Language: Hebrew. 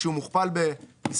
"עד יום 29 בפברואר 2019,